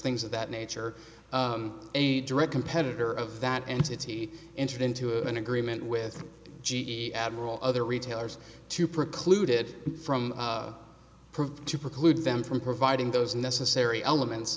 things of that nature a direct competitor of that entity entered into an agreement with g e admiral other retailers to preclude it from proved to preclude them from providing those necessary elements